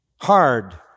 hard